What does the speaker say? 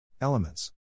Elements